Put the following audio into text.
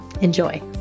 Enjoy